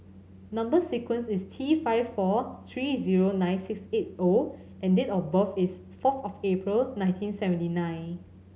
number sequence is T five four three zero nine six eight O and date of birth is fourth of April nineteen seventy nine